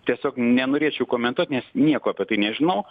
tiesiog nenorėčiau komentuot nes nieko apie tai nežinau